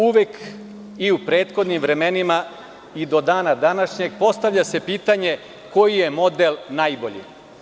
Uvek i u prethodnim vremenima i do dana današnjeg postavlja se pitanje – koji je model najbolji?